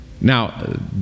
now